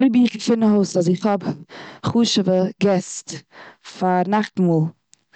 אויב איך געפין אויס אז איך האב חשובה געסט פאר נאכטמאל.